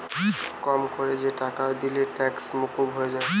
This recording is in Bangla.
কম কোরে যে টাকা দিলে ট্যাক্স মুকুব হয়ে যায়